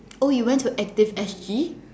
oh you went to active S_G